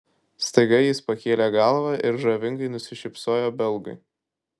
staiga jis pakėlė galvą ir žavingai nusišypsojo belgui